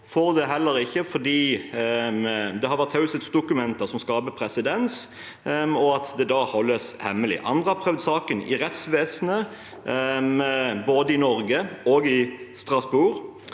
får det ikke fordi det har vært taushetsdokumenter som skaper presedens, og det holdes da hemmelig. Andre har prøvd saken i rettsvesenet, både i Norge og i Strasbourg.